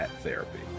therapy